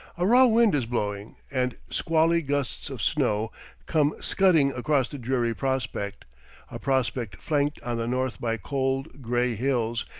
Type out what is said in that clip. a raw wind is blowing, and squally gusts of snow come scudding across the dreary prospect a prospect flanked on the north by cold, gray hills,